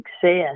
success